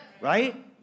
Right